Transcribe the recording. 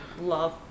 love